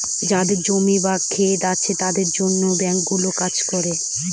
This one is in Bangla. যাদের জমি বা ক্ষেত আছে তাদের জন্য ব্যাঙ্কগুলো কাজ করে